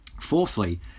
Fourthly